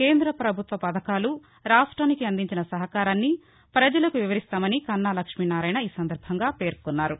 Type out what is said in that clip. కేంద్ర ప్రభుత్వ పథకాలు రాష్ట్రానికి అందించిన సహకారాన్ని పజలకు వివరిస్తామని కన్నా లక్ష్మీనారాయణ పేర్కొన్నారు